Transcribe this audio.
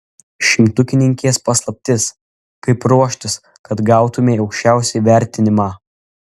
šimtukininkės paslaptis kaip ruoštis kad gautumei aukščiausią įvertinimą